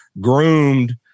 groomed